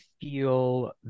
feel